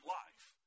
life